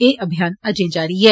एह् अभियान अजें जारी ऐ